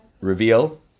reveal